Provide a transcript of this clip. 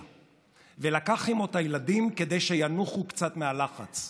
ולקח עימו את הילדים כדי שינוחו קצת מהלחץ.